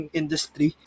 industry